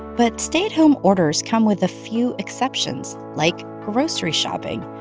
but stay-at-home orders come with a few exceptions, like grocery shopping.